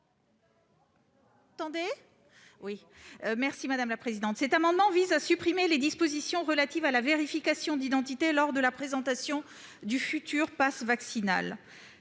Cet amendement vise à supprimer les dispositions relatives à la vérification d'identité lors de la présentation du futur passe vaccinal.